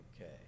Okay